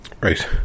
Right